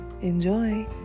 enjoy